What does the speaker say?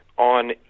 on